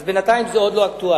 אז בינתיים זה עוד לא אקטואלי.